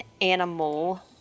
animal